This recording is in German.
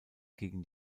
gegen